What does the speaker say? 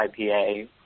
IPA